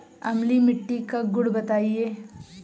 अम्लीय मिट्टी का गुण बताइये